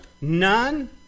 None